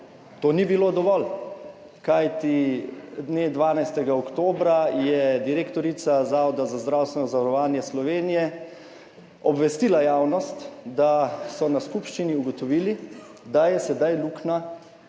To ni bilo dovolj, kajti dne 12. oktobra je direktorica Zavoda za zdravstveno zavarovanje Slovenije obvestila javnost, da so na skupščini ugotovili, da je sedaj luknja